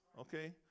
Okay